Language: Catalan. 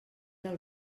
del